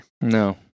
No